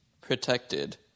protected